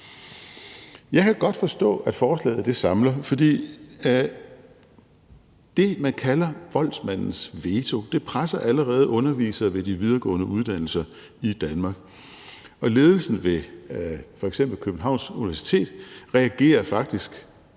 Jeg kan godt forstå, at forslaget samler, for det, man kalder voldsmandens veto, presser allerede undervisere ved de videregående uddannelse i Danmark, og ledelsen ved f.eks. Københavns universitet reagerer faktisk,